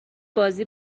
بازی